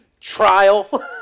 Trial